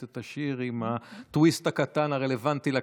את השיר עם הטוויסט הקטן הרלוונטי לכנסת.